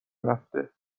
رفته